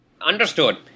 Understood